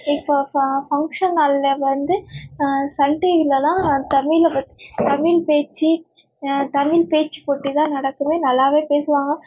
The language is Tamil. இப்போ ப ஃபங்ஷன் நாளில் வந்து சன் டிவிலெலாம் தமிழை பத் தமிழ் பேச்சு தமிழ் பேச்சு போட்டி தான் நடக்கும் நல்லாவே பேசுவாங்க